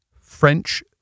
French